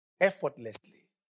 effortlessly